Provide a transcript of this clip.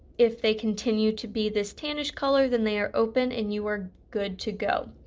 if they continue to be this tannish color then they are open and you are good to go.